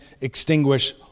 extinguish